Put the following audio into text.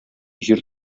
җир